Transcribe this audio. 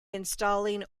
installing